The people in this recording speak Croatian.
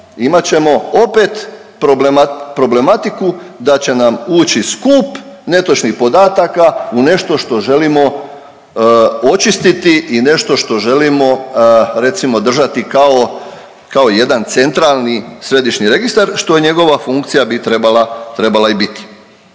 imat ćemo opet problematiku da će nam ući skup netočnih podataka u nešto što želimo očistiti i nešto što želimo recimo držati kao, kao jedan centralni središnji registar što i njegova funkcija bi trebala,